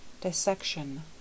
dissection